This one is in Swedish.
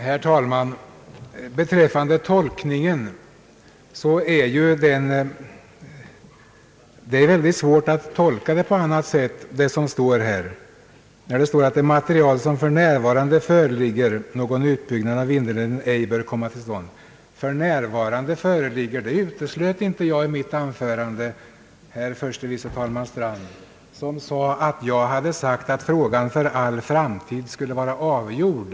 Herr talman! Det är svårt att tolka vad som står här mer än på ett sätt, när det heter att »med hänsyn till det material som för närvarande föreligger, någon utbyggnad av Vindelälven ej bör komma till stånd». »För närvarande föreligger» — det uteslöt jag inte i mitt anförande, herr förste vice talman Strand, som sade att jag hade sagt att frågan skulle vara avgjord för all framtid.